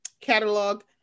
catalog